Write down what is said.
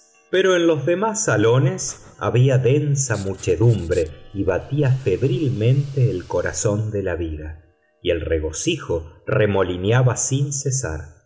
pero en los demás salones había densa muchedumbre y batía febrilmente el corazón de la vida y el regocijo remolineaba sin cesar